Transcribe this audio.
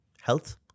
Health